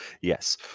Yes